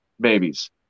babies